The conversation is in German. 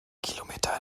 kilometer